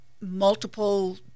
multiple